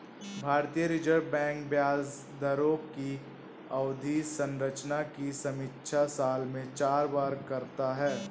भारतीय reserve bank ब्याज दरों की अवधि संरचना की समीक्षा साल में चार बार करता है